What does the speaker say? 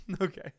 Okay